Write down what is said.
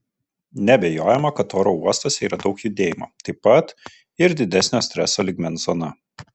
neabejojama kad oro uostuose yra daug judėjimo taip pat ir didesnio streso lygmens zona